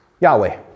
Yahweh